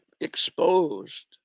exposed